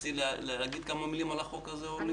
תרצי להגיד כמה מילים על החוק הזה, אורלי?